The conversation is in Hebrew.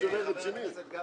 חיפשתי כאן העברה לנאות קדומים,